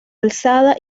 alzada